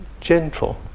gentle